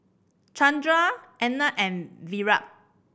Chandra Anand and Virat